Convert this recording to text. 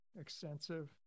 extensive